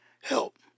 Help